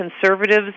conservatives